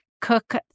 cook